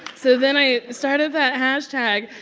so then i started that hashtag.